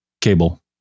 cable